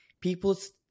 People's